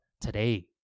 today